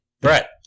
Brett